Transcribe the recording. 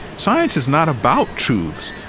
science is not about truths.